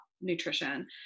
nutrition